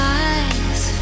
eyes